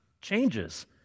changes